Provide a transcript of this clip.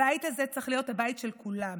הבית הזה צריך להיות הבית של כולם,